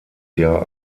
jahr